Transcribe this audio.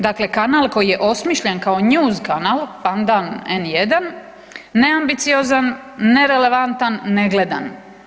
Dakle, kanal koji je osmišljen kao news kanal pandan N1, neambiciozan, nerelevantan, negledan.